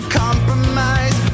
compromise